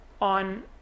on